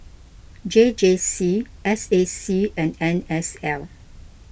J J C S A C and N S L